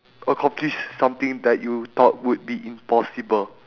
accomplish something that you thought would be impossible